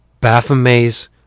Baphomet's